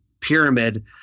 Pyramid